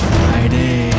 Friday